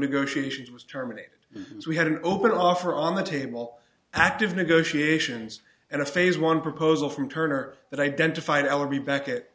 negotiations was terminated we had an open offer on the table active negotiations and a phase one proposal from turner that identified i would be back at it